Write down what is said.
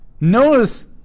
Notice